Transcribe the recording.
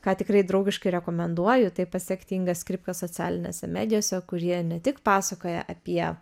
ką tikrai draugiškai rekomenduoju tai pasekti ingą skripką socialinėse medijose kur ji ne tik pasakoja apie